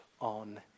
on